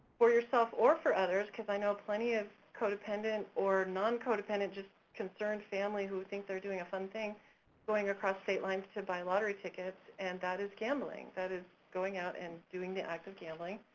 for yourself or for others, because i know plenty of codependent or non-codependent concerned family who think they're doing a fun thing going across state lines to buy lottery tickets and that is gambling, that is going out and doing the act of gambling,